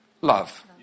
love